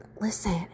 listen